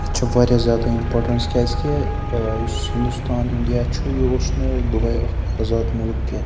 اَتھ چھِ واریاہ زیادٕ اِمپارٹیٚنٕس کیٛازِکہِ ٲں یُس ہنٛدوستان اِنڈیا چھُ یہِ اوس نہٕ دۄہے اَکھ آزاد مُلک کیٚنٛہہ